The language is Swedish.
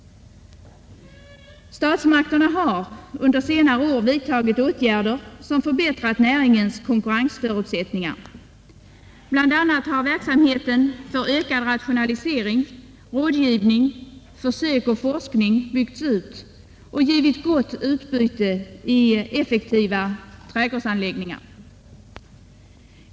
Statsmakterna har under senare år vidtagit åtgärder som förbättrat näringens konkurrensförutsättningar. Bl. a. har verksamheten för ökad rationalisering, rådgivning samt försök och forskning byggts ut och givit gott utbyte i effektiva trädgårdsanläggningar.